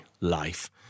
life